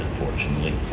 unfortunately